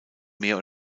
mehr